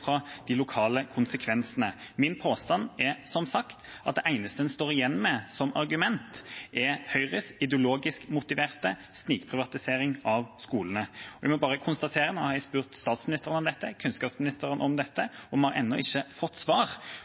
fra de lokale konsekvensene. Min påstand er – som sagt – at det eneste en står igjen med som argument, er Høyres ideologisk motiverte snikprivatisering av skolene. Jeg vil bare konstatere at jeg har spurt statsministeren og kunnskapsministeren om dette, og vi har ennå ikke fått svar